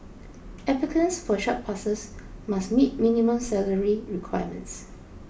applicants for such passes must meet minimum salary requirements